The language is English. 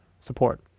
support